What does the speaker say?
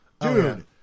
Dude